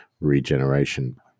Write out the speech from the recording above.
Regeneration